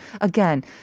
Again